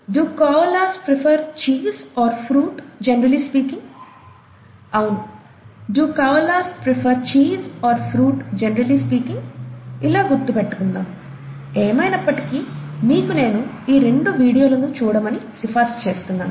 'do koalas prefer cheese or fruit generally speaking ' ఔను 'do koalas prefer cheese or fruit generally speaking ' ఇలా గుర్తుపెట్టుకుందాం ఏమైనప్పటికి మీకు నేను ఈ రెండు వీడియోలని చూడమని సిఫార్సు చేస్తున్నాను